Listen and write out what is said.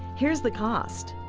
here's the cost